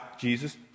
Jesus